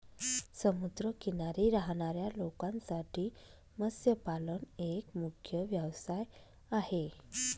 समुद्र किनारी राहणाऱ्या लोकांसाठी मत्स्यपालन एक मुख्य व्यवसाय आहे